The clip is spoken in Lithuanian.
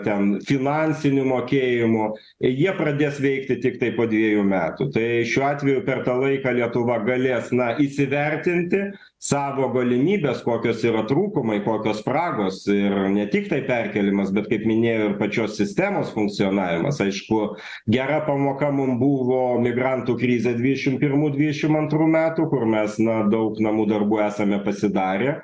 ten finansinių mokėjimų jie pradės veikti tiktai po dviejų metų tai šiuo atveju per tą laiką lietuva galės na įsivertinti savo galimybes kokios yra trūkumai kokios spragos ir ne tiktai perkėlimas bet kaip minėjau ir pačios sistemos funkcionavimas aišku gera pamoka mum buvo migrantų krizė dvidešim pirmų dvidešim antrų metų kur mes na daug namų darbų esame pasidarę